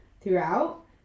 throughout